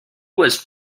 was